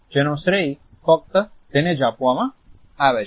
જેનો શ્રેય ફક્ત તેને જ આપવામાં આવે છે